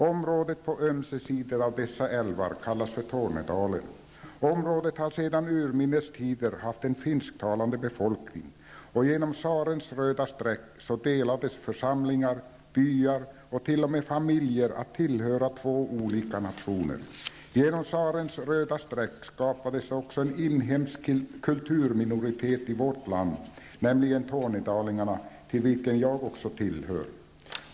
Området på ömse sidor av dessa älvar kallas för Tornedalen. Området har sedan urminnes tider haft en finsktalande befolkning, och på grund av tsarens röda streck så delades församlingar, byar och t.o.m. familjer att tillhöra två olika nationer. På grund av tsarens röda streck skapades det också en inhemsk kulturminoritet i vårt land, nämligen tornedalingarna, till vilken jag hör.